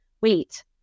wait